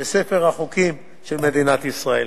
בספר החוקים של מדינת ישראל.